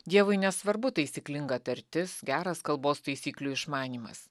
dievui nesvarbu taisyklinga tartis geras kalbos taisyklių išmanymas